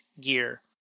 gear